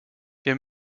wir